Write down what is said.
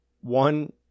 one